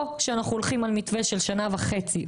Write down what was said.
או שאנחנו הולכים על מתווה של שנה וחצי,